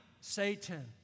Satan